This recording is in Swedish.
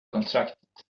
kontraktet